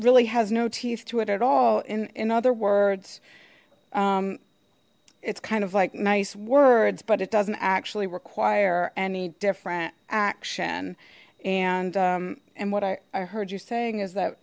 really has no teeth to it at all in in other words it's kind of like nice words but it doesn't actually require any different action and and what i heard you saying is that